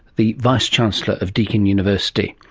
the vice-chancellor of deakin university,